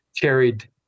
carried